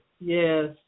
yes